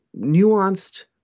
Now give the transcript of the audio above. nuanced